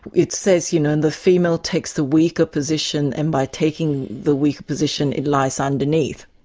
it says, you know, and the female takes the weaker position and by taking the weaker position, it lies underneath.